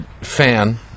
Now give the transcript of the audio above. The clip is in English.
fan